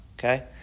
okay